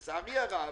אבל לצערי הרב,